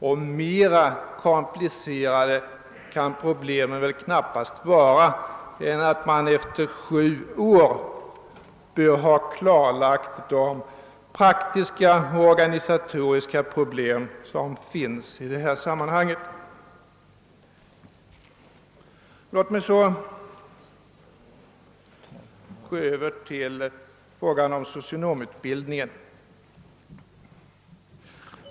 Och mer komplicerade kan problemen väl knappast vara än att man efter sju år bör ha klarlagt de praktiska och organisatoriska problem som finns i detta sammanhang. Låt mig så gå över till frågan om socionomutbildningen.